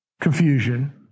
confusion